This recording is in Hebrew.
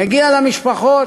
מגיע למשפחות.